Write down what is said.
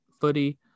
Footy